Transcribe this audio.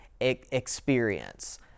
experience